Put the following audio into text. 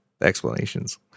explanations